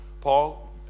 Paul